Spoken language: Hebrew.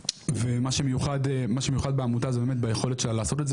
ומה שמיוחד בעמותה זה באמת ביכולת שלה לעשות את זה,